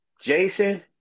Jason